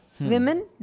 women